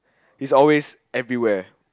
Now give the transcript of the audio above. he is always everywhere